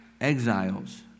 exiles